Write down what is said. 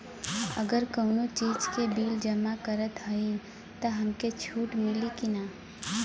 अगर कउनो चीज़ के बिल जमा करत हई तब हमके छूट मिली कि ना?